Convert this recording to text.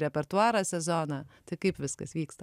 repertuarą sezoną tai kaip viskas vyksta